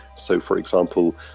so, for example,